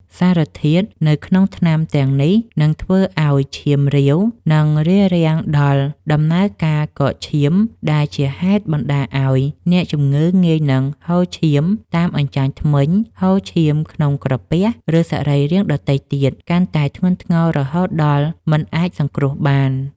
សារធាតុនៅក្នុងថ្នាំទាំងនេះនឹងទៅធ្វើឱ្យឈាមរាវ និងរារាំងដល់ដំណើរការកកឈាម ដែលជាហេតុបណ្តាលឱ្យអ្នកជំងឺងាយនឹងហូរឈាមតាមអញ្ចាញធ្មេញ ហូរឈាមក្នុងក្រពះ ឬសរីរាង្គដទៃទៀត កាន់តែធ្ងន់ធ្ងររហូតដល់មិនអាចសង្គ្រោះបាន។